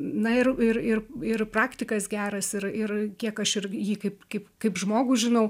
na ir ir ir ir praktikas geras ir ir kiek aš ir jį kaip kaip kaip žmogų žinau